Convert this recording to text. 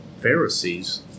Pharisees